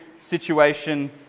situation